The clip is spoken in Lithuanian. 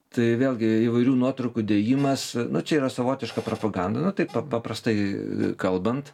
tai vėlgi įvairių nuotraukų dėjimas nu čia yra savotiška propaganda nu tai pap paprastai kalbant